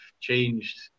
changed